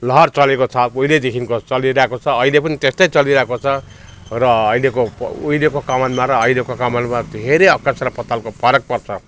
लहर चलेको छ उहिलेदेखिको चलिरहेको छ अहिले पनि त्यस्तै चलिरहेको छ र अहिलेको प् उहिलेको कमानमा र अहिलेको कमानमा धेरै आकाश र पातालको फरक पर्छ